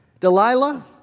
Delilah